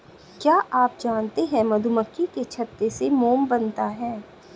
क्या आप जानते है मधुमक्खी के छत्ते से मोम बनता है